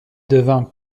devint